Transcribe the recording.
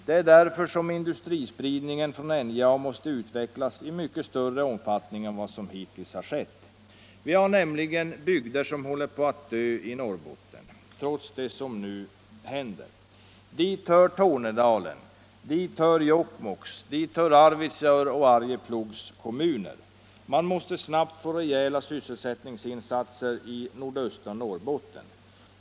Det är därför som industrispridningen från NJA måste utvecklas i långt större omfattning än vad som hittills har skett. Vi har nämligen bygder i Norrbotten som håller på att dö, trots det som nu händer. Dit hör Tornedalen, Jokkmokks, Arvidsjaurs och Arjeplogs kommuner. Man måste snabbt få till stånd rejäla sysselsättningsinsatser i nordöstra Norrbotten.